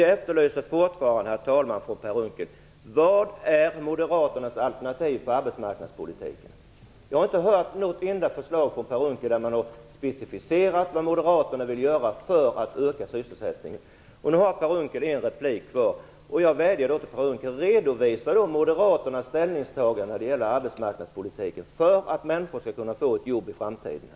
Jag efterlyser fortfarande moderaternas alternativ till arbetsmarknadspolitik. Jag har inte hört något enda förslag från Per Unckel där han har specificerat vad moderaterna vill göra för att öka sysselsättningen. Nu har Per Unckel en replik kvar. Jag vädjar till honom: Redovisa moderaternas ställningstagande när det gäller arbetsmarknadspolitiken, för att människor skall kunna få ett jobb i framtiden.